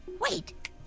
wait